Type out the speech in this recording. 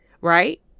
right